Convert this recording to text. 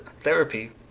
therapy